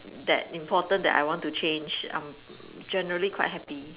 that important that I want to change I am generally quite happy